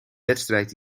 wedstrijd